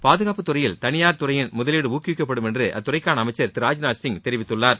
பாதுகாப்பு துறையில் தனியார் துறையின் முதலீடு ஊக்குவிக்கப்படும் என்று அத்துறைக்கான அமைச்சர் திரு ராஜ்நாத் சிங் தெரிவித்துள்ளார்